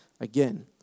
again